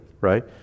right